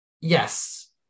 Yes